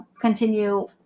continue